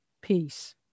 peace